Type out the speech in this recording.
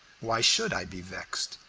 why should i be vexed?